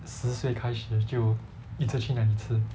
十岁开始就一直去那里吃